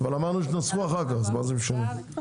אמרנו נוספו אחר-כך, אז מה זה משנה?